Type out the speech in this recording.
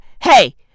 hey